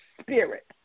Spirit